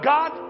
God